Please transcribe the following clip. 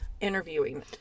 interviewing